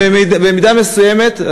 במידה מסוימת,